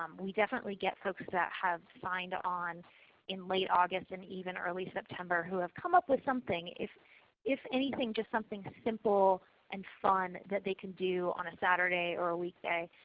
um we definitely get folks that have signed on in late august and even early september who have come up with something, if if anything, just something simple and fun that they can do on a saturday or a week day,